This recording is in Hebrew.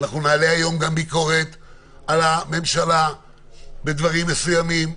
על הממשלה בדברים מסוימים,